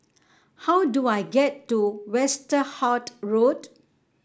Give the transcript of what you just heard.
how do I get to Westerhout Road